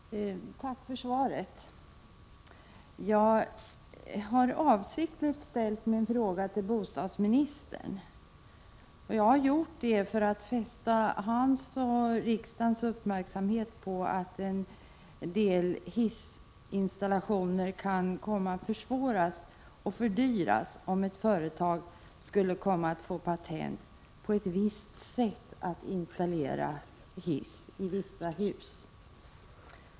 Herr talman! Tack för svaret! Jag har avsiktligt ställt min fråga till bostadsministern, för att fästa hans och riksdagens uppmärksamhet på att en del hissinstallationer kan komma att försvåras och fördyras om ett företag skulle komma att få patent på ett visst sätt att installera hiss i vissa hus.